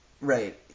Right